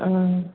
ஆ